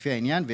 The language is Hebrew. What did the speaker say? לפי העניין (להלן הקביעה),